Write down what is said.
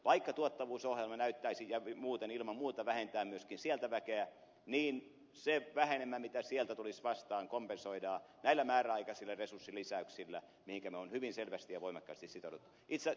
vaikka tuottavuusohjelma ilman muuta vähentää myöskin sieltä väkeä niin se vähenemä joka sieltä tulisi vastaan kompensoidaan näillä määräaikaisilla resurssilisäyksillä mihinkä me olemme hyvin selvästi ja voimakkaasti sitoutuneet